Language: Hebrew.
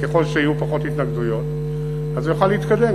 וככל שיהיו פחות התנגדויות הוא יוכל להתקדם.